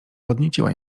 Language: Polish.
podnieciła